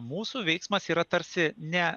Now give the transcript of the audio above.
mūsų veiksmas yra tarsi ne